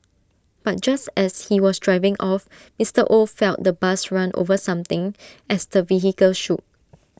but just as he was driving off Mister oh felt the bus run over something as the vehicle shook